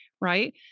Right